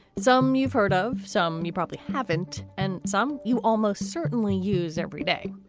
some you've heard of, some you probably haven't. and some you almost certainly use every day.